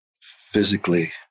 physically